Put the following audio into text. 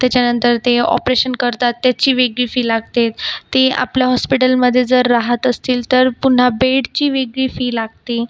त्याच्यानंतर ते ऑपरेशन करतात त्याची वेगळी फी लागते ते आपलं हॉस्पिटलमधे जर राहात असतील तर पुन्हा बेडची वेगळी फी लागते